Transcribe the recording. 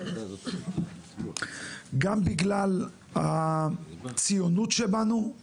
גם בגלל הציונות שבנו.